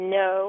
no